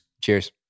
Cheers